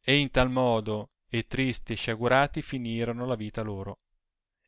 e in tal modo e tristi e sciagurati finirono la vita loro